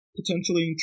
potentially